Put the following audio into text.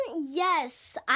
Yes